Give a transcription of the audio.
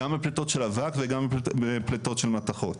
גם בפלטות של אבק וגם בפלטות של מתכות.